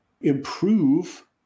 improve